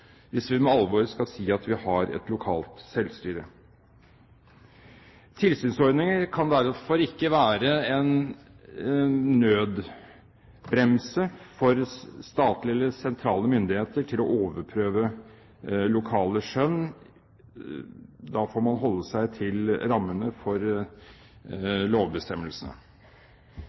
hvis vi for alvor skal si at vi har lokalt selvstyre. Tilsynsordninger kan derfor ikke være en nødbremse for statlige eller sentrale myndigheter til å overprøve lokale skjønn. Da får man holde seg til rammene for lovbestemmelsene.